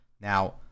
Now